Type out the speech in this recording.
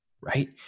right